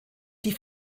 die